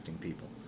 people